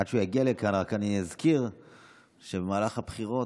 עד שהוא יגיע לכאן אני רק אזכיר שבמהלך הבחירות,